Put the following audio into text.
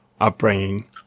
upbringing